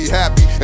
happy